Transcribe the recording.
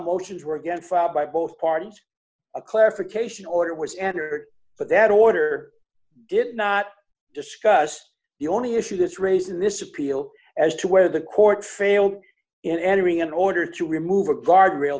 oceans were again filed by both parties a clarification order was entered but that order did not discuss the only issue this raised in this appeal as to where the court failed in entering an order to remove a guardrail